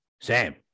sam